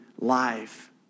life